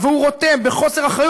והוא רותם בחוסר אחריות,